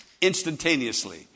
instantaneously